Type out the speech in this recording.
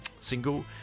single